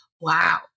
wow